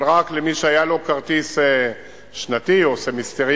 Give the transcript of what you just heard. אבל רק למי שהיה לו כרטיס שנתי או סמסטריאלי,